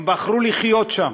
הם בחרו לחיות שם.